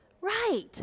Right